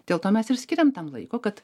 dėl to mes ir skiriam tam laiko kad